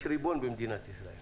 יש ריבון במדינת ישראל